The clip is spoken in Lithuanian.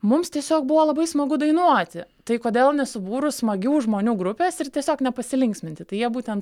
mums tiesiog buvo labai smagu dainuoti tai kodėl nesubūrus smagių žmonių grupės ir tiesiog nepasilinksminti tai jie būtent